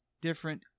different